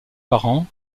parents